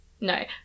no